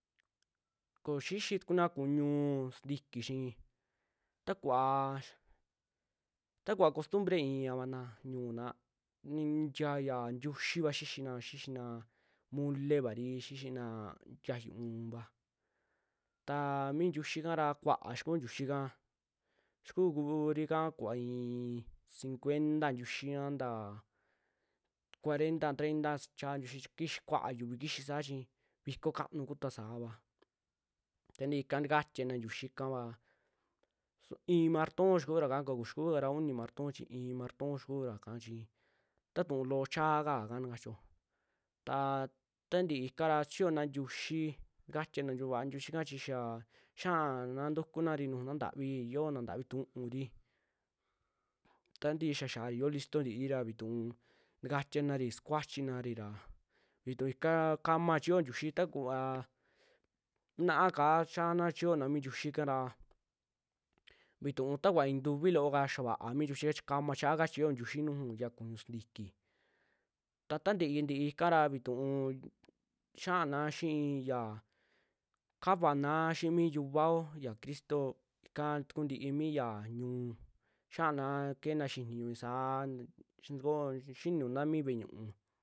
Koo xixi tukuna kuñu sintiki chi ta kuvaa, ta kuva costumbre i'ivana ñu'una nintia ntiuxiva xixina, xixina molevari, xixina tiayu u'un va taa mii ntiuxi kaa ra kuaa xikuu ntiuxi ka, xikuu kuuri ka kuva i'i cincuenta ntiuxi a nta, cuarenta, treinta suchaa ntiuxi kis kuaa yuvi kixi saa chi, viko kaanu kutua saava, tantii ika ntakatiana ntiuxi kava su i'i marton xikuura ika, ko'o xikuukara uni marton chi i'i marton xikuura ka chi taa ntuu loo cha kaaka na lachio, taa tantii ikara sichio ntiuxi ntika vaa ntixi kachi xaa xiana ntukunari nuju naa ntavi, yoo na ntavi tu'uri, tantii xia xiari xio listo ntiri ra vituu takatianari, sukuachinari ra vituu ika kama chiyo ntiuxi ta kuvaa na'a ka cha xiana sichiona mi ntiuxi kara vituu ta kuaa i'i ntuvii looka xia vaa mi ntiuxika, chi kama chaaka chiyo ntiuxi nuju ya kuñu sintiki, ta taa ntii, ntii ika ra vituu xiaana xii yaa, kavana xii mi yiuvao ya cristo ika takuntii mi yaa ñu'u xiaana keena xini ñu'un i'i saa xintiko xinuna mii ve'e ñu'u.